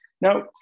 Now